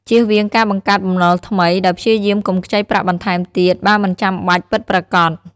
ជៀសវាងការបង្កើតបំណុលថ្មី ដោយព្យាយាមកុំខ្ចីប្រាក់បន្ថែមទៀត បើមិនចាំបាច់ពិតប្រាកដ។